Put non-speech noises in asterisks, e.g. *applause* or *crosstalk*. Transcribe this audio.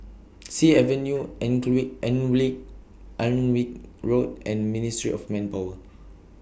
Sea Avenue *unintelligible* Alnwick Road and Ministry of Manpower